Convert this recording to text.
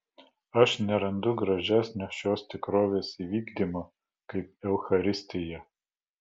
aš nerandu gražesnio šios tikrovės įvykdymo kaip eucharistija